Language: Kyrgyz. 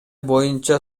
боюнча